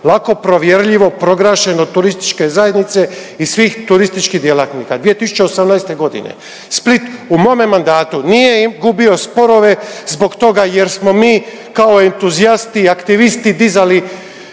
lako provjerljivo, proglašen od turističke zajednice i svih turističkih djelatnika. 2018. Split u mome mandatu nije gubio sporove zbog toga jer smo mi kao entuzijasti, aktivisti dizali